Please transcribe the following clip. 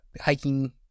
hiking